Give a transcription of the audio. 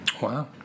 Wow